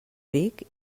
ric